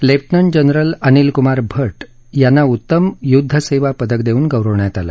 lieutenant general Anilkumar Bhat यांना उत्तम युद्धसेवा पदक देऊन गौरवण्यात आलं